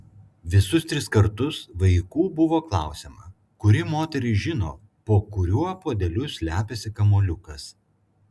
visus tris kartus vaikų buvo klausiama kuri moteris žino po kuriuo puodeliu slepiasi kamuoliukas